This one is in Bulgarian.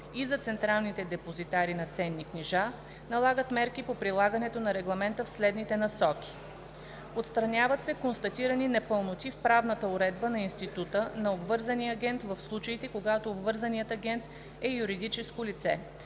и за централните депозитари на ценни книжа (Регламент № 909/2014), налага мерки по прилагането на регламента в следните насоки: - отстраняват се констатирани непълноти в правната уредба на института на обвързания агент в случаите, когато обвързаният агент е юридическо лице,